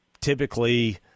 Typically